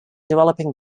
developing